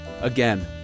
again